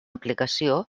aplicació